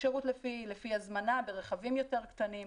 שירות לפי הזמנה ברכבים יותר קטנים,